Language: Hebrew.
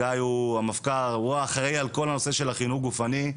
הוא האחראי על כל הנושא של החינוך גופני,